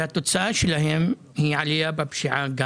כשהתוצאה שלהם היא עלייה בפשיעה.